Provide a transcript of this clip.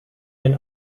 and